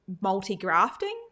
multi-grafting